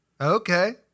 Okay